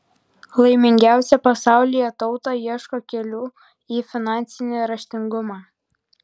laimingiausia pasaulyje tauta ieško kelių į finansinį raštingumą